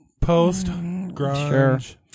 post-grunge